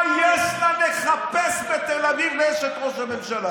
מה יש לה לחפש בתל אביב, לאשת ראש הממשלה?